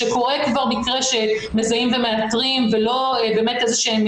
כשקורה כבר מקרה שמזהים ומאתרים ולא באמת איזה שהם